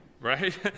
Right